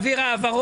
לא נעביר העברות?